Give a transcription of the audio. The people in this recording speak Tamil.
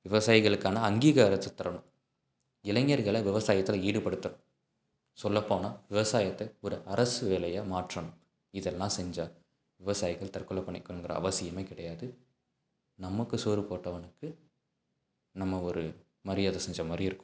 விவசாயிகளுக்கான அங்கீகாரத்த தரணும் இளைஞர்களை விவசாயத்தில் ஈடுபடுத்தணும் சொல்லப்போனால் விவசாயத்தை ஒரு அரசு வேலையாக மாற்றணும் இதெல்லாம் செஞ்சால் விவசாயிகள் தற்கொலை பண்ணிக்கணுங்கிற அவசியம் கிடையாது நமக்கு சோறு போட்டவனுக்கு நம்ம ஒரு மரியாதை செஞ்ச மாதிரி இருக்கும்